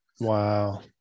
Wow